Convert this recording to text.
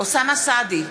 אוסאמה סעדי,